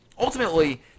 ultimately